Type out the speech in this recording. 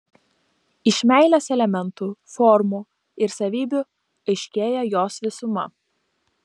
iš meilės elementų formų ir savybių aiškėja jos visuma